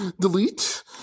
delete